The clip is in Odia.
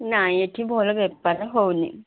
ନାଇଁ ଏଠି ଭଲ ବେପାର ହେଉନି